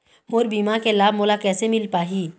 मोर बीमा के लाभ मोला कैसे मिल पाही?